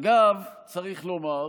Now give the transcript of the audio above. אגב, צריך לומר,